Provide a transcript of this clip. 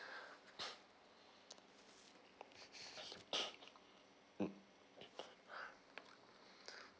mm